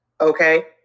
Okay